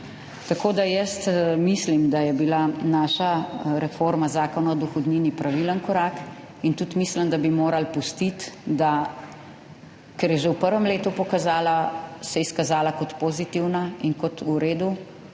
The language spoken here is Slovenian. Tako, da jaz mislim, da je bila naša reforma Zakona o dohodnini pravilen korak in tudi mislim, da bi morali pustiti, da ker je že v prvem letu se izkazala kot pozitivna in kot v redu,